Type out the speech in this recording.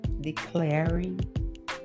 declaring